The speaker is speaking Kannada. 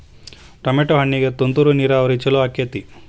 ಟಮಾಟೋ ಹಣ್ಣಿಗೆ ತುಂತುರು ನೇರಾವರಿ ಛಲೋ ಆಕ್ಕೆತಿ?